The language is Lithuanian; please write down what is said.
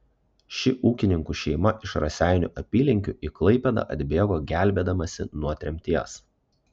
ši ūkininkų šeima iš raseinių apylinkių į klaipėdą atbėgo gelbėdamasi nuo tremties